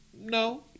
no